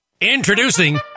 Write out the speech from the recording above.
introducing